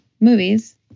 Movies